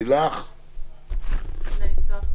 לילך עדיין לא על הקו.